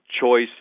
choice